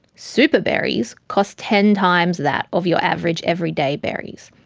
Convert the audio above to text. super berries cost ten times that of your average every day berries,